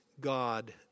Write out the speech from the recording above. God